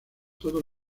todo